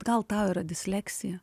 gal tau yra disleksija